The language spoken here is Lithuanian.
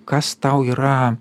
kas tau yra